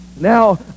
now